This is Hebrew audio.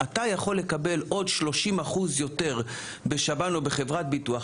אתה יכול לקבל עוד 30% יותר בשב"ן או בחברת ביטוח,